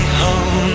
home